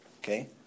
Okay